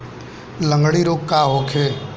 लगंड़ी रोग का होखे?